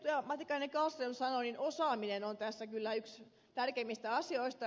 matikainen kallström sanoi osaaminen on tässä kyllä yksi tärkeimmistä asioista